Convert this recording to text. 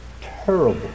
terrible